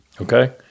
okay